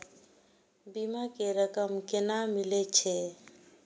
बीमा के रकम केना मिले छै?